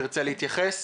להתייחס.